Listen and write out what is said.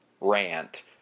rant